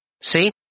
See